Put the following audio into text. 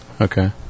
Okay